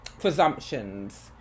presumptions